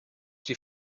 die